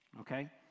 okay